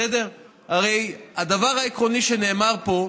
הרי הדבר העקרוני שנאמר פה: